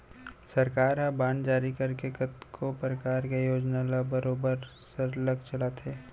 सरकार ह बांड जारी करके कतको परकार के योजना ल बरोबर सरलग चलाथे